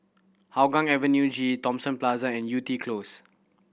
Hougang Avenue G Thomson Plaza and Yew Tee Close